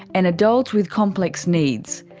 and adults with complex needs.